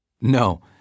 No